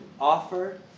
offer